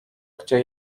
gdzie